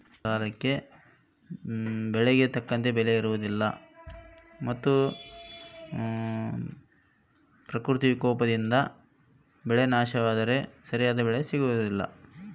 ನಾವು ಬೆಳೆಯುವ ಬೆಳೆಗೆ ಸರಿಯಾದ ಬೆಲೆ ಯಾಕೆ ಇರಲ್ಲಾರಿ?